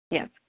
Yes